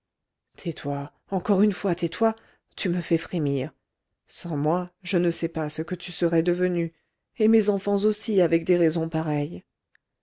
tais-toi encore une fois tais-toi tu me fais frémir sans moi je ne sais pas ce que tu serais devenue et mes enfants aussi avec des raisons pareilles